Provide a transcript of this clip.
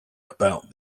about